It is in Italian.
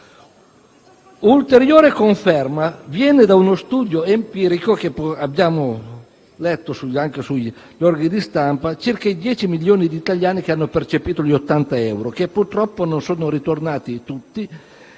Un'ulteriore conferma viene da uno studio empirico, che abbiamo letto anche sugli organi di stampa, circa i 10 milioni di italiani che hanno percepito gli 80 euro, i quali purtroppo non sono ritornati tutti